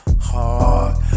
heart